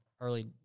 early